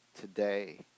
today